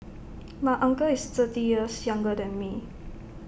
my uncle is thirty years younger than me